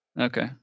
Okay